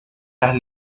las